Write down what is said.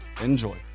Enjoy